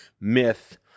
myth